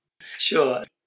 Sure